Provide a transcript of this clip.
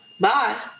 Bye